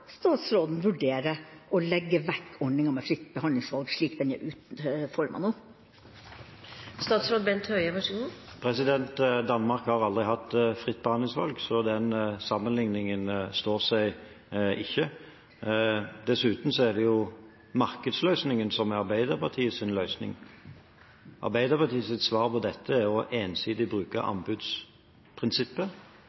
å legge vekk ordninga med fritt behandlingsvalg slik den er utformet nå? Danmark har aldri hatt fritt behandlingsvalg, så den sammenlikningen står seg ikke. Dessuten er jo markedsløsningen Arbeiderpartiets løsning. Arbeiderpartiets svar på dette er ensidig å bruke anbudsprinsippet.